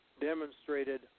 demonstrated